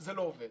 זה לא עובד.